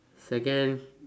second